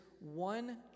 one